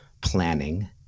planning